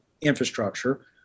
infrastructure